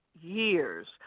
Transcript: years